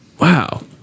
Wow